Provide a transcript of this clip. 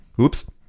Oops